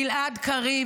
גלעד קריב,